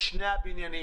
את שני הבניינים,